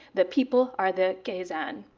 the people are the kazan.